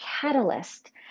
catalyst